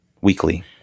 Weekly